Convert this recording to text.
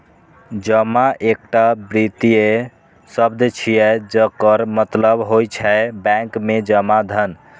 जमा एकटा वित्तीय शब्द छियै, जकर मतलब होइ छै बैंक मे जमा धन